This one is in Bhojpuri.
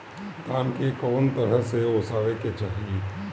धान के कउन तरह से ओसावे के चाही?